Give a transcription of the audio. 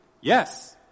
yes